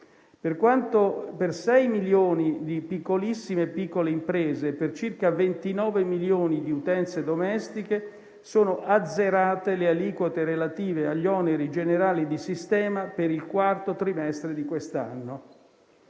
Per 6 milioni di piccolissime e piccole imprese e per circa 29 milioni di utenze domestiche sono azzerate le aliquote relative agli oneri generali di sistema per il quarto trimestre di quest'anno.